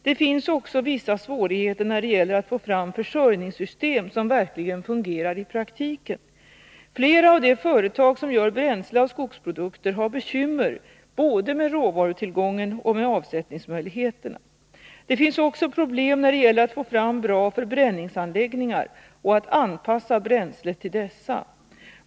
Det finns också vissa svårigheter när det gäller att få fram försörjningssystem som verkligen fungerar i praktiken. Flera av de företag som gör bränsle av skogsprodukter har bekymmer både med råvarutillgången och med avsättningsmöjligheterna. Det finns också problem när det gäller att få fram bra förbränningsanläggningar och att anpassa bränslet till dessa.